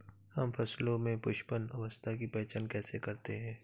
हम फसलों में पुष्पन अवस्था की पहचान कैसे करते हैं?